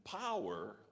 power